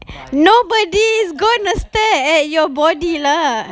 nobody is going to stare at your body lah